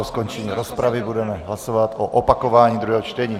Po skončení rozpravy budeme hlasovat o opakování druhého čtení.